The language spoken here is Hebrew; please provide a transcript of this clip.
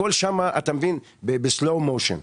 הכל שם בסלואו מושן.